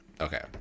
okay